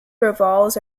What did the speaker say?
revolves